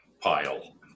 pile